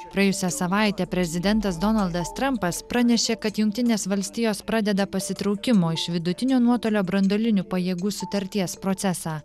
praėjusią savaitę prezidentas donaldas trampas pranešė kad jungtinės valstijos pradeda pasitraukimo iš vidutinio nuotolio branduolinių pajėgų sutarties procesą